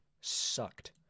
sucked